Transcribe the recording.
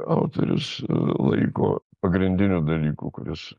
autorius a laiko pagrindiniu dalyku kuris